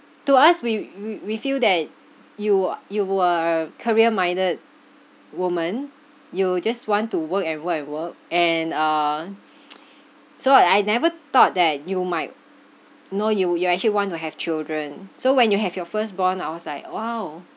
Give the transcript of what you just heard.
to us we we we feel that you uh you are a career minded woman you just want to work and work and work and uh so I I never thought that you might know you you actually want to have children so when you have your first born I was like !wow!